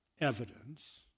evidence